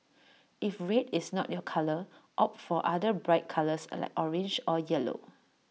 if red is not your colour opt for other bright colours like orange or yellow